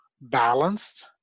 balanced